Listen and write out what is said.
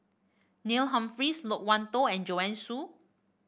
Neil Humphreys Loke Wan Tho and Joanne Soo